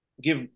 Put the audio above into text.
give